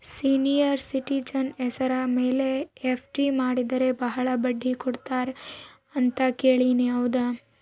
Senior citizen ಹೆಸರ ಮೇಲೆ FD ಮಾಡಿದರೆ ಬಹಳ ಬಡ್ಡಿ ಕೊಡ್ತಾರೆ ಅಂತಾ ಕೇಳಿನಿ ಹೌದಾ?